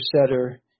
setter